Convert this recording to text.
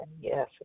Yes